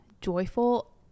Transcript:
joyful